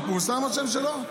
כבר פורסם השם שלו?